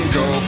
go